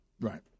Right